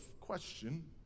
question